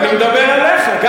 ואני מדבר עליך גם,